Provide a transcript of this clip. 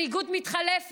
הבין-לאומית,